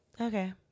okay